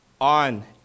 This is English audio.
on